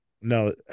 No